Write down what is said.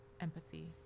empathy